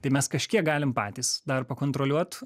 tai mes kažkiek galim patys dar pakontroliuot